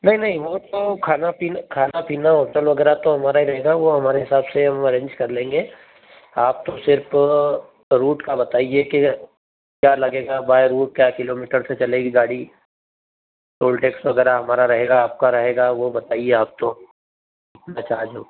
नहीं नहीं वो तो खाना पीना खाना पीना होटल वग़ैरह तो हमारा ही रहेगा वो हमारे हिसाब से हम अरेंज कर लेंगे आपको सिर्फ़ रूट का बताइए कि क्या लगेगा बाई रूट क्या किलोमीटर से चलेगी गाड़ी टोल टैक्स वग़ैरह हमारा रहेगा आपका रहेगा वो बताइए आप तो बचा जो